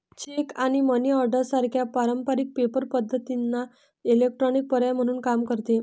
check आणि money order सारख्या पारंपारिक पेपर पद्धतींना इलेक्ट्रॉनिक पर्याय म्हणून काम करते